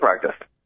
practice